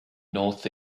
north